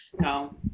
no